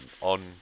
on